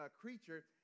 creature